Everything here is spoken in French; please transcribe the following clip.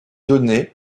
données